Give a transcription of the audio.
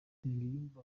nsengiyumva